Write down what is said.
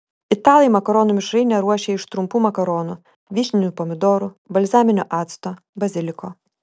italai makaronų mišrainę ruošia iš trumpų makaronų vyšninių pomidorų balzaminio acto baziliko